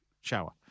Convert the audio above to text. shower